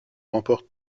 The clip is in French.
remporte